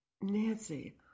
Nancy